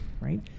right